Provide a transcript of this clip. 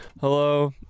hello